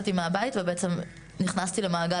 עפולה גם לאמץ אותה וגם את עיריית אילת וכל עיר בישראל,